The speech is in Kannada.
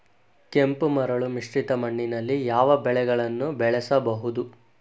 ಕೆಂಪು ಮರಳು ಮಿಶ್ರಿತ ಮಣ್ಣಿನಲ್ಲಿ ಯಾವ ಬೆಳೆಗಳನ್ನು ಬೆಳೆಸಬಹುದು?